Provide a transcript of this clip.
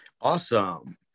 awesome